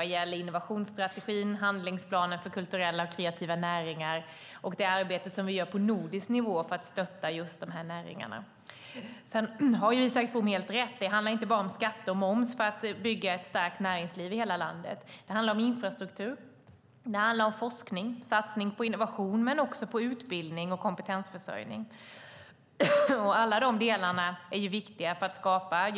Det gäller innovationsstrategin, handlingsplanen för kulturella och kreativa näringar och det arbete som vi gör på nordisk nivå för att stötta de här näringarna. Sedan har Isak From helt rätt. Det handlar inte bara om skatt och moms för att bygga ett starkt näringsliv i hela landet. Det handlar om infrastruktur. Det handlar om forskning och satsning på innovation men också på utbildning och kompetensförsörjning. Alla de delarna är viktiga för att skapa